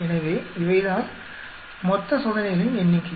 எனவே இவைதான் மொத்த சோதனைகளின் எண்ணிக்கை